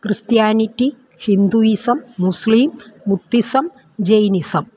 Christianity Hinduism മുസ്ളീം Buddhism Jainism